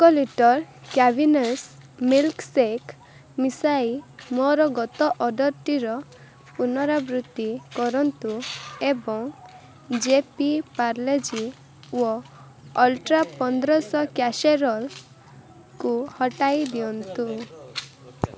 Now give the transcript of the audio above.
ଏକ litre Cavin's milkshake ମିଶାଇ ମୋର ଗତ ଅର୍ଡ଼ର୍ଟିର ପୁନରାବୃତ୍ତି କରନ୍ତୁ ଏବଂ ଜେ ପୀ ପାଲାଜିଓ ୱ ଅଲ୍ଟ୍ରା ପନ୍ଦରଶହ କ୍ୟାସେରୋଲ୍କୁ ହଟାଇ ଦିଅନ୍ତୁ